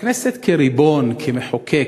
הכנסת כריבון, כמחוקק,